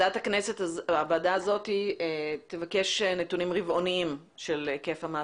הוועדה הזאת תבקש נתונים רבעוניים של היקף המעצרים.